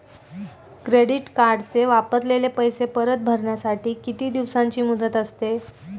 Credit कार्डचे वापरलेले पैसे परत भरण्यासाठी किती दिवसांची मुदत असते?